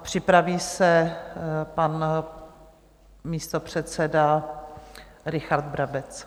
Připraví se pan místopředseda Richard Brabec.